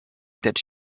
that